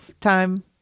time